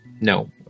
No